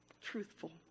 truthful